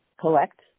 collect